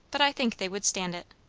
but i think they would stand it.